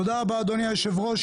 תודה רבה, אדוני היושב-ראש.